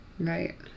Right